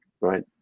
right